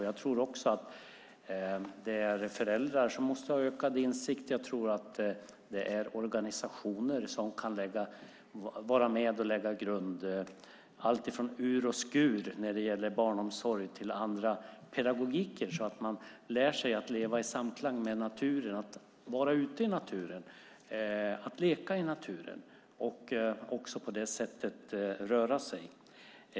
Jag tror också att föräldrar måste ha ökad insikt och att organisationer kan vara med och lägga en grund. Det handlar om allt från Ur och Skur när det gäller barnomsorg till andra pedagogiker så att man lär sig att leva i samklang med naturen, att vara ute i naturen, leka i naturen och röra sig på det sättet.